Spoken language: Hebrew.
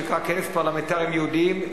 שנקרא "כנס פרלמנטרים יהודים".